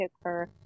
occur